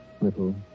Little